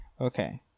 Okay